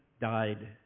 died